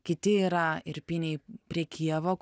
kiti yra ir irpinėj prie kijevo